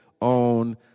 on